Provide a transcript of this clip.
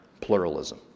pluralism